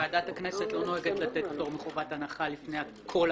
ועדת הכנסת לא נוהגת לתת פטור מחובת הנחה לפני כל הקריאות,